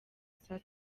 saa